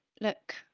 look